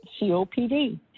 COPD